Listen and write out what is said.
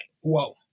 whoa